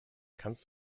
kannst